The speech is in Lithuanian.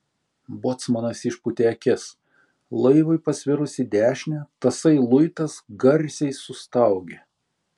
bocmanas išpūtė akis laivui pasvirus į dešinę tasai luitas garsiai sustaugė